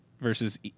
versus